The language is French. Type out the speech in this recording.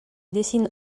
dessine